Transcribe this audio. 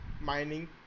mining